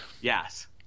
Yes